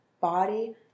body